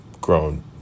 grown